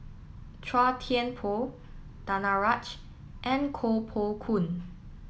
Chua Thian Poh Danaraj and Koh Poh Koon